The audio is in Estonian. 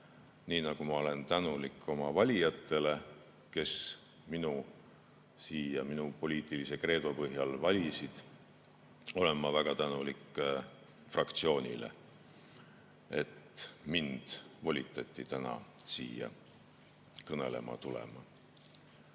Nii nagu ma olen tänulik oma valijatele, kes minu siia minu poliitilise kreedo põhjal valisid, olen ma väga tänulik fraktsioonile, et mind volitati täna siia kõnelema tulema. Jah,